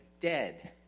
Dead